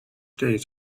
days